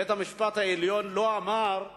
בית-המשפט העליון לא אמר: